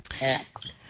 Yes